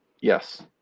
yes